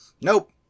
Nope